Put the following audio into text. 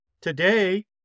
today